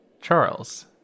Charles